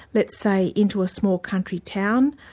let's say, into a small country town,